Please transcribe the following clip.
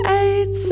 eight